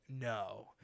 no